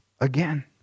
again